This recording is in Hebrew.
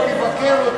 תבוא ותבקר אותם.